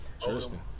Tristan